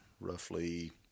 roughly –